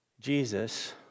Jesus